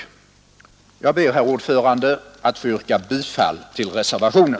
Jag ber, herr talman, att få yrka bifall till reservationen.